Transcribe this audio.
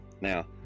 now